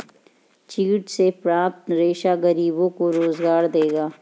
चीड़ से प्राप्त रेशा गरीबों को रोजगार देगा